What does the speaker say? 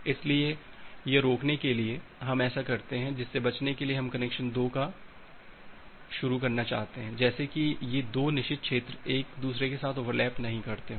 इसलिए यह रोकने के लिए कि हम ऐसा क्या करते हैं जिससे बचने के लिए हम कनेक्शन 2 को शुरू करना चाहते हैं जैसे कि ये 2 निषिद्ध क्षेत्र एक दूसरे के साथ ओवरलैप नहीं करते हों